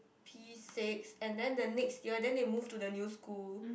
P-six and then the next year then they move to the new school